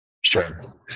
sure